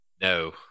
No